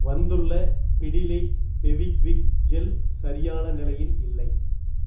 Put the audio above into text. வந்துள்ள பிடிலைட் ஃபெவிக்விக் ஜெல் சரியான நிலையில் இல்லை